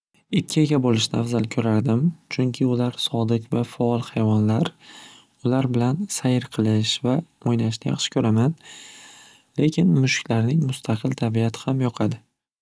Itga ega bo'lishni afzal ko'rardim chunki ular sodiq va faol hayvonlar ular bilan sayr qilish va o'ynashni yaxshi ko'raman lekin mushuklarning mustaqil tabiati ham yoqadi.